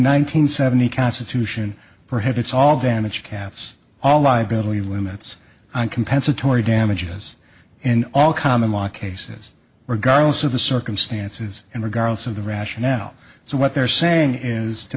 hundred seventy constitution prohibits all damage caps all liability limits on compensatory damages in all common law cases regardless of the circumstances and regardless of the rationale so what they're saying is to